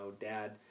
dad